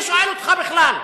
מי שואל אותך בכלל?